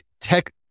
tech